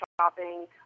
shopping